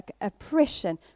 Oppression